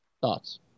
Thoughts